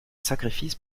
sacrifice